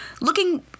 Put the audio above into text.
looking